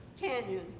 canyon